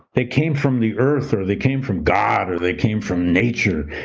they came from the earth or they came from god or they came from nature,